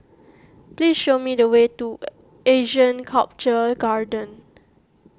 please show me the way to Asean Sculpture Garden